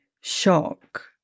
shock